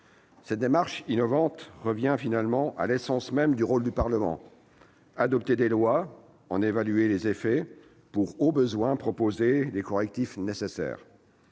Cette démarche innovante revient finalement à l'essence même du rôle du Parlement : adopter des lois et en évaluer les effets pour, au besoin, proposer les correctifs nécessaires.